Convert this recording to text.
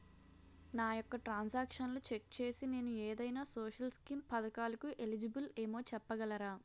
నా యెక్క ట్రాన్స్ ఆక్షన్లను చెక్ చేసి నేను ఏదైనా సోషల్ స్కీం పథకాలు కు ఎలిజిబుల్ ఏమో చెప్పగలరా?